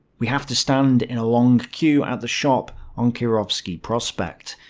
we have to stand in a long queue at the shop on kirovsky prospect.